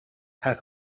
pack